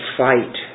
fight